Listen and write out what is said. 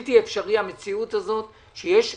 בלתי אפשרית המציאות הזאת, שיש כספים,